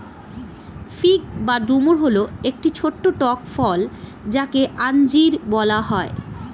fig বা ডুমুর হল একটি ছোট্ট টক ফল যাকে আঞ্জির বলা হয়